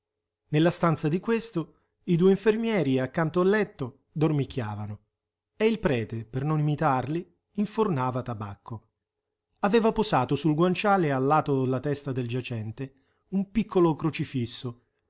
nella stanza di questo i due infermieri accanto al letto dormicchiavano e il prete per non imitarli infornava tabacco aveva posato sul guanciale allato alla testa del giacente un piccolo crocifisso